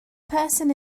person